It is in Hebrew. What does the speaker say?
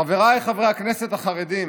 חבריי חברי הכנסת החרדים,